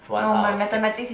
one out of six